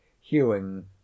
hewing